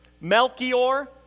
Melchior